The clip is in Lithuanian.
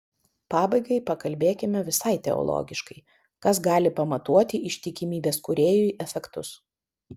pabaigai pakalbėkime visai teologiškai kas gali pamatuoti ištikimybės kūrėjui efektus